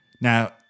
Now